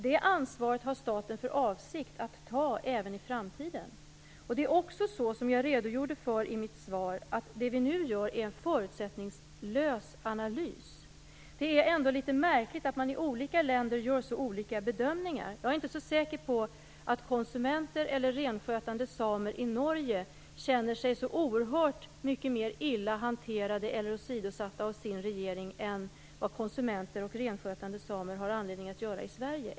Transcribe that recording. Det ansvaret har staten för avsikt att ta även i framtiden. Som jag också redogjorde för i mitt svar gör vi nu en förutsättningslös analys. Det är ju ändå litet märkligt att man i olika länder gör så olika bedömningar. Jag är inte säker på att konsumenter eller renskötande samer i Norge känner sig så oerhört mycket mer illa hanterade eller åsidosatta av sin regering än vad konsumenter och renskötande samer har anledning att göra i Sverige.